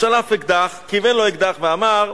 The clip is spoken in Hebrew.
שלף אקדח, כיוון אליו אקדח ואמר: